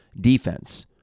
defense